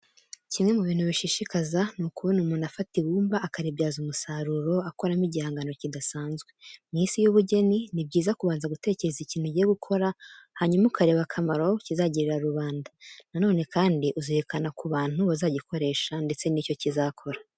Kimwe mu bintu bishishikaza ni ukubona umuntu afata ibumba, akaribyaza umusaruro akoramo igihangano kidasanzwe. Mu Isi y'ubugeni ni byiza kubanza gutekereza ikintu ugiye gukora, hanyuma ukareba akamaro kizagirira rubanda. Na none kandi uzirikana ku bantu bazagikoresha ndetse n'icyo kizakora.